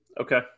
Okay